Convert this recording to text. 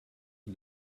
die